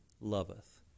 loveth